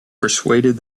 persuaded